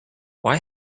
why